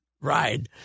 ride